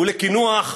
ולקינוח,